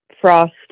Frost